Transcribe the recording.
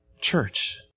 church